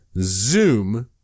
zoom